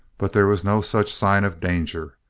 but there was no such sign of danger.